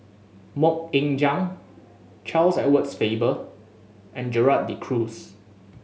Mok Ying Jang Charles Edward Faber and Gerald De Cruz